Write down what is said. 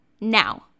now